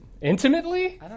Intimately